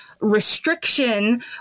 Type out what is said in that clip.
restriction